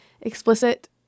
explicit